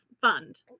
fund